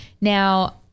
Now